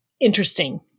interesting